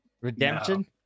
Redemption